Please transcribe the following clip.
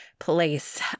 place